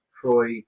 Troy